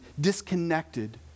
disconnected